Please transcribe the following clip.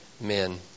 men